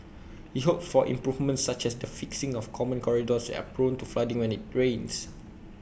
he hopes for improvements such as the fixing of common corridors that are prone to flooding when IT rains